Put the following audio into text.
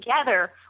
together